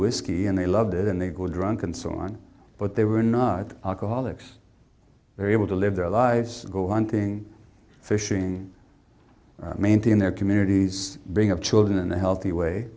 whisky and they loved it and they got drunk and so on but they were not alcoholics very able to live their lives go hunting fishing maintain their communities bring up children and a healthy way